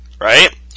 Right